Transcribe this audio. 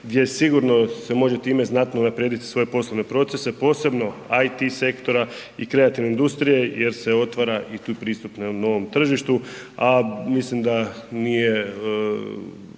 gdje sigurno se može time znatno unaprijedit svoje poslovne procese, posebno IT-sektora i kreativne industrije jer se otvara i tu pristup novom tržištu, a mislim da nije,